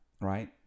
right